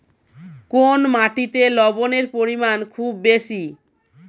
কোন মাটিতে লবণের পরিমাণ খুব বেশি?